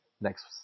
next